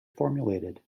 formulated